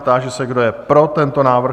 Táži se, kdo je pro tento návrh?